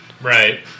Right